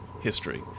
history